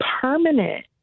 Permanent